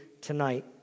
tonight